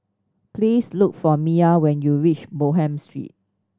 please look for Miah when you reach Bonham Street